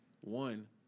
one